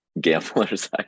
gamblers